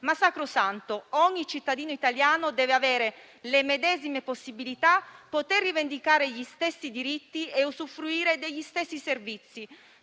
ma sacrosanto: ogni cittadino italiano deve avere le medesime possibilità, poter rivendicare gli stessi diritti e usufruire degli stessi servizi